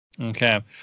Okay